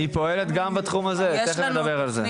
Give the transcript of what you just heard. היא פועלת גם בתחום הזה, תיכף נדבר על זה.